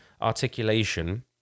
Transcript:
articulation